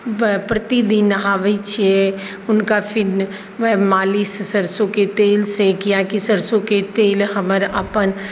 प्रतिदिन नहाबै छियै हुनका फिर मालिश सरसौंके तेल से किएकि सरसौंके तेल हमर अपन